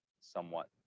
somewhat